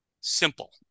simple